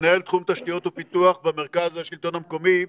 מנהל תחום תשתיות ופיתוח במרכז השלטון המקומי.